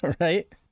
Right